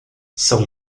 são